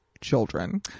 children